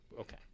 okay